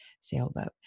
sailboat